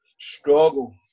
struggle